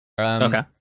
Okay